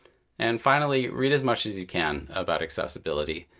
and finally, read as much as you can about accessibility.